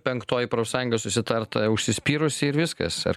penktoji profsąjunga susitart a užsispyrusi ir viskas ar